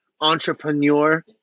entrepreneur